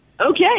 Okay